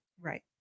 Right